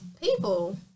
people